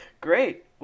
Great